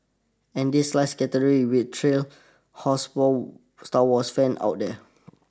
and this last category will thrill houseproud Star Wars fans out there